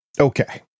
Okay